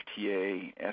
FTA